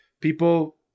people